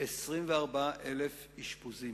4,000 אשפוזים,